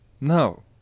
No